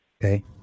Okay